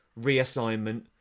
reassignment